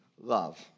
love